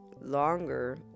longer